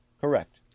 correct